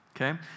Okay